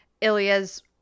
Ilya's